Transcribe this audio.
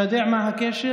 אתה יודע מה הקשר?